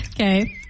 Okay